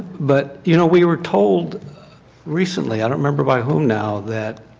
but you know we were told recently. i don't remember by whom now that